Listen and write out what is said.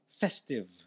festive